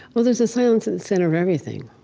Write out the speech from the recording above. well there's a silence in the center of everything,